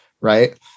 Right